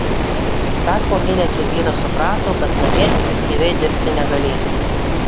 dar po mėnesio vyras suprato kad namie efektyviai dirbti negalės